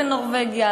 בנורבגיה,